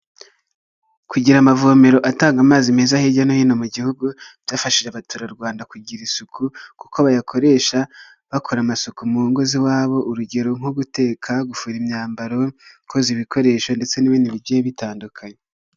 Kugira amavomero atanga amazi meza hirya no hino mu gihugu, byafashije abaturarwanda kugira isuku kuko bayakoresha bakora amasuku mu ngo z'iwabo urugero nko guteka, gufura imyambaro, koza ibikoresho ndetse n'ibindi bigiye bitandukanye.